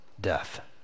death